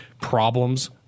problems